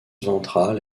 ventrale